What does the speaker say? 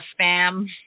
spam